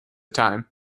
time